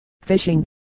fishing